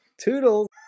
Toodles